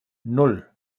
nan